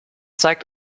zeigt